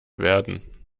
werden